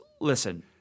listen